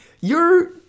you're-